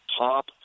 top